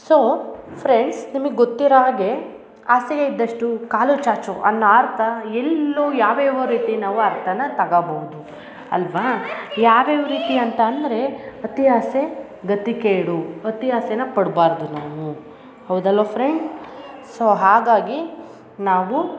so friends ನಿಮಿಗೆ ಗೊತ್ತಿರೊ ಹಾಗೆ ಹಾಸಿಗೆ ಇದ್ದಷ್ಟು ಕಾಲು ಚಾಚು ಅನ್ನೊ ಅರ್ಥ ಎಲ್ಲೋ ಯಾವ ಯಾವ ರೀತಿ ನಾವು ಅರ್ಥನ ತಗೊಬೌದು ಅಲ್ಲವಾ ಯಾವ ಯಾವ ರೀತಿ ಅಂತಂದರೆ ಅತಿ ಆಸೆ ಗತಿ ಕೇಡು ಅತಿ ಆಸೆನ ಪಡಬಾರ್ದು ನಾವು ಹೌದಲ್ಲವಾ ಫ್ರೆಂಡ್ ಸೋ ಹಾಗಾಗಿ ನಾವು